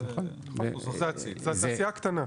זה תעשייה קטנה.